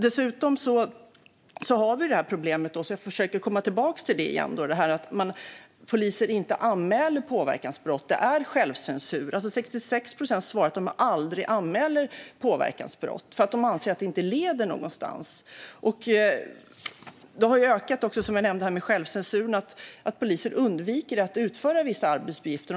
Dessutom vill jag komma tillbaka till problemet med självcensur och att poliser inte anmäler påverkansbrott. 66 procent svarar att de aldrig anmäler påverkansbrott, eftersom de anser att det inte leder någonstans. Självcensuren har ökat, och poliser undviker att utföra vissa arbetsuppgifter.